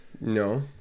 No